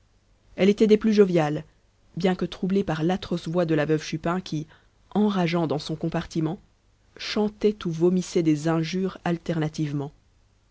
elle était des plus joviales bien que troublée par l'atroce voix de la veuve chupin qui enrageant dans son compartiment chantait ou vomissait des injures alternativement